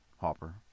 Hopper